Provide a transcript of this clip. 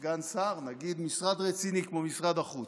נגיד משרד רציני כמו משרד החוץ, אין בו סגן שר.